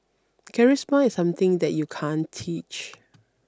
Charisma is something that you can't teach